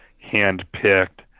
hand-picked